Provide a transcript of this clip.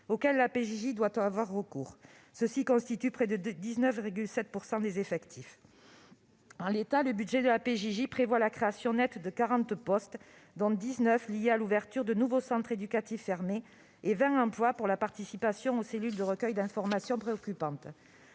auquel la PJJ doit avoir recours ; ceux-ci constituent près de 19,7 % de ses effectifs. En l'état, le budget de la PJJ prévoit la création nette de 40 postes, dont 19 postes liés à l'ouverture de nouveaux centres éducatifs fermés et 20 postes pour la participation aux cellules de recueil d'informations préoccupantes.